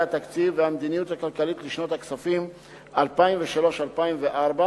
התקציב והמדיניות הכלכלית לשנות הכספים 2003 ו-2004)